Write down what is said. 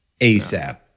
ASAP